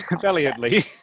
Valiantly